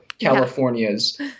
California's